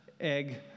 egg